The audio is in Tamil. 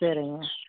சரிங்க